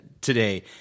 today